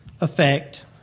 effect